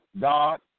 God